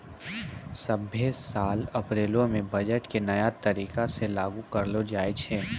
सभ्भे साल अप्रैलो मे बजट के नया तरीका से लागू करलो जाय छै